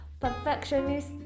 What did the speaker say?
perfectionist